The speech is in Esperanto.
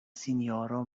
sinjoro